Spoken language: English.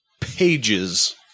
pages